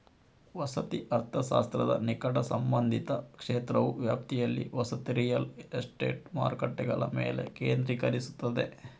ವಸತಿ ಅರ್ಥಶಾಸ್ತ್ರದ ನಿಕಟ ಸಂಬಂಧಿತ ಕ್ಷೇತ್ರವು ವ್ಯಾಪ್ತಿಯಲ್ಲಿ ವಸತಿ ರಿಯಲ್ ಎಸ್ಟೇಟ್ ಮಾರುಕಟ್ಟೆಗಳ ಮೇಲೆ ಕೇಂದ್ರೀಕರಿಸುತ್ತದೆ